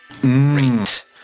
Great